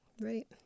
Right